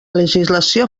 legislació